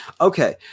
Okay